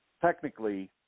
technically